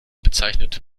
bezeichnet